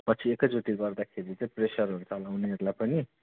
पछि एकैचोटि गर्दाखेरि चाहिँ प्रेसर हुन्छ होला उनीहरूलाई पनि